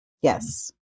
Yes